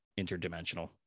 interdimensional